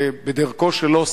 בדרכו שלו,